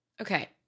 Okay